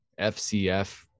FCF